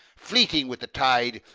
fleeting with the tide,